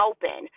Open